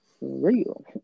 real